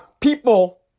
people